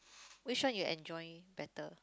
which one you enjoy better